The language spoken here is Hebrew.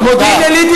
מודיעין-עילית לא.